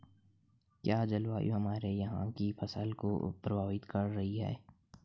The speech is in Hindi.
क्या जलवायु हमारे यहाँ की फसल को प्रभावित कर रही है?